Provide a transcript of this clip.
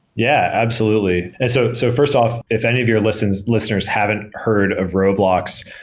yeah, absolutely. ah so so fi rst off, if any of your listeners listeners haven't heard of roblox,